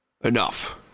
enough